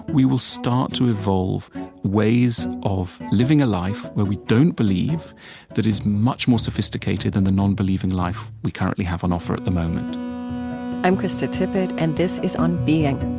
we will start to evolve ways of living a life where we don't believe that is much more sophisticated that and the non-believing life we currently have on offer at the moment i'm krista tippett, and this is on being